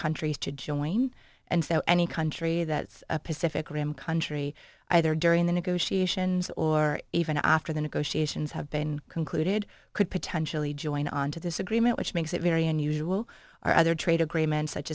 countries to join and so any country that's a pacific rim country either during the negotiations or even after the negotiations have been concluded could potentially join on to this agreement which makes it very unusual our other trade agreements such